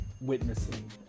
witnessing